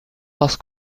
parce